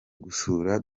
gusura